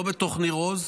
לא בתוך ניר עוז,